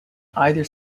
either